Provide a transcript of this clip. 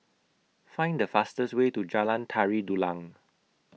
Find The fastest Way to Jalan Tari Dulang